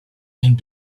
and